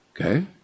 Okay